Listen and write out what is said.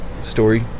Story